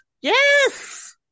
Yes